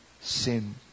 sin